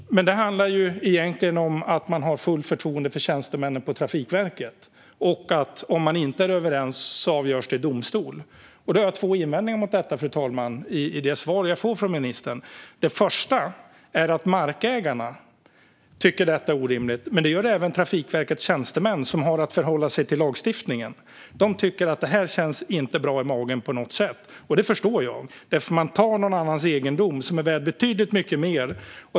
Men det handlar egentligen om att man har fullt förtroende för tjänstemännen på Trafikverket och att om parterna inte är överens avgörs det i domstol. Fru talman! Jag har två invändningar mot det svar jag får från ministern. Den första är att markägarna tycker att detta är orimligt, men det gör även Trafikverkets tjänstemän som har att förhålla sig till lagstiftningen. De tycker inte på något sätt att det här känns bra i magen. Det förstår jag. Man tar nämligen någons egendom, som är värd betydligt mycket mer.